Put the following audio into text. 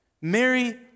Mary